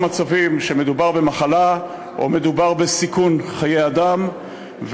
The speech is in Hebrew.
מצבים שמדובר במחלה או מדובר בסיכון חיי אדם,